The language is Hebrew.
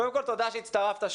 תודה שהצטרפת,